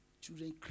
children